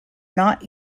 not